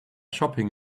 shopping